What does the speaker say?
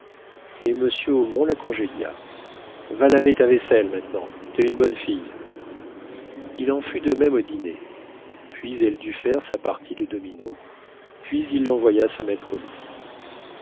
et m omont la congédia va laver ta vaisselle maintenant t'es une bonne fille il en fut de même au dîner puis elle dut faire sa partie de dominos puis il l'envoya se mettre au lit